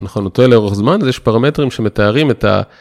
נכון, הוא טועה לאורך זמן, אז יש פרמטרים שמתארים את ה...